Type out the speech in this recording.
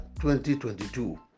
2022